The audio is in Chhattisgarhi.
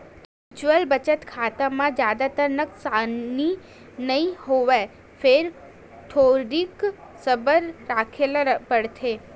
म्युचुअल बचत खाता म जादातर नसकानी नइ होवय फेर थोरिक सबर राखे ल परथे